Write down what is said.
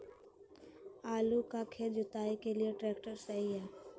आलू का खेत जुताई के लिए ट्रैक्टर सही है?